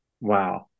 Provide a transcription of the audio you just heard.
Wow